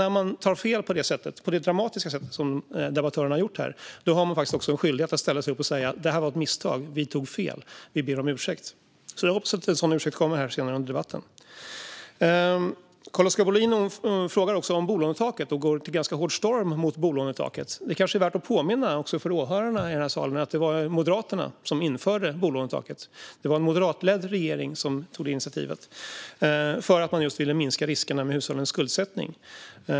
När man tar fel på det dramatiska sätt som debattörerna har gjort har man också en skyldighet att ställa sig upp och säga: "Det här var ett misstag. Vi tog fel. Vi ber om ursäkt." Jag hoppas alltså att en sådan ursäkt kommer senare under debatten. Carl-Oskar Bohlin frågar också om bolånetaket och går till ganska hårt angrepp mot det. Det kanske är värt att påminna om, också för åhörarnas skull, att det var Moderaterna som införde bolånetaket. Det var en moderatledd regering som tog det initiativet just för att minska riskerna med hushållens skuldsättning.